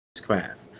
craft